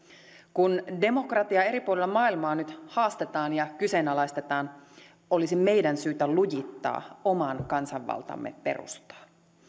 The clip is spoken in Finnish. kun demokratiaa eri puolilla maailmaa nyt haastetaan ja kyseenalaistetaan olisi meidän syytä lujittaa oman kansanvaltamme perustaa